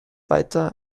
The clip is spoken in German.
weiter